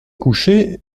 couché